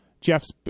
Jeff's